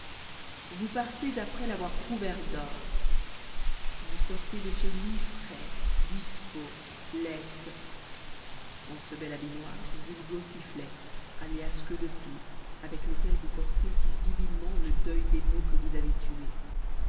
vous partez après l'avoir couvert d'or vous sortez de chez lui frais dispos leste en ce bel habit noir vulg sifflet aliàs queue de pie avec lequel vous portez si divinement le deuil des mots que vous avez tués